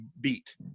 beat